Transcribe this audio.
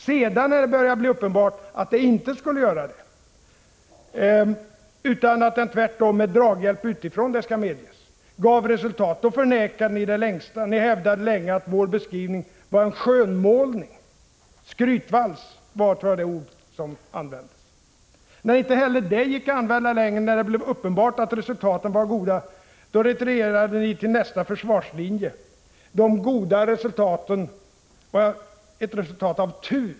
Sedan, när det började bli uppenbart att den inte skulle göra det utan att den tvärtom — med draghjälp utifrån, det skall medges — gav resultat, då förnekade ni i det längsta detta. Ni hävdade länge att vår beskrivning var en skönmålning; skrytvals var, tror jag, det ord som användes. När inte heller det gick att använda längre, när det blev uppenbart att resultaten var goda, retirerade ni till nästa försvarslinje. De goda resultaten berodde på tur.